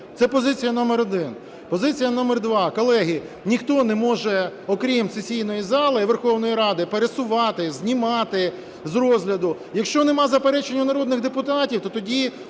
Це позиція номер один. Позиція номер два. Колеги, ніхто не може, окрім сесійної зали Верховної Ради, пересувати, знімати з розгляду. Якщо нема заперечень у народних депутатів, то тоді